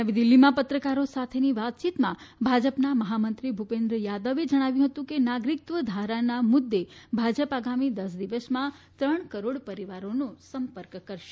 નવી દિલ્ફીમાં પત્રકારો સાથેની વાતયીતમાં ભાજપના મહામંત્રી ભૂપેન્દ્ર યાદવે જણાવ્યું છે કે નાગરિકત્વ ધારાના મુદ્દે ભાજપ આગામી દસ દિવસમાં ત્રણ કરોડ પરિવારોનો સંપર્ક કરશે